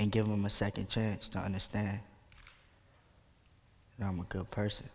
and give them a second chance to understand and i'm a good person